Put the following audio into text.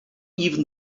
even